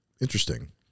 interesting